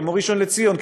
כמו ראשון-לציון,